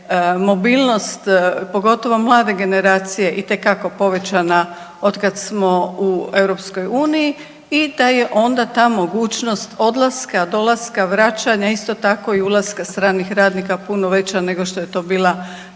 mobilnost pogotovo mlade generacije itekako povećana od kad smo u EU i da je onda ta mogućnost odlaska, dolaska, vraćanja isto tako i ulaska stranih radnika puno veća nego što je to bila,